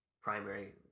primary